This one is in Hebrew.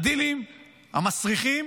הדילים המסריחים